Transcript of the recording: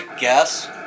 guess